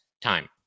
time